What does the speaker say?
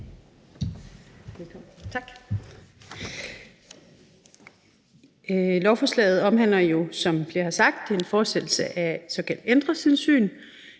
Tak. Lovforslaget omhandler jo, som flere har sagt, en fortsættelse af det såkaldte Ældretilsyn